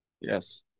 Yes